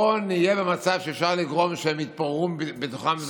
בואו נהיה במצב שאפשר לגרום שהם יתפוררו בתוכם,